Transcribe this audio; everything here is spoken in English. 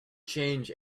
change